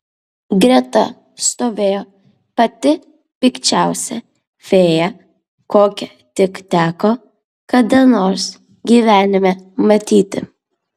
greta stovėjo pati pikčiausia fėja kokią tik teko kada nors gyvenime matyti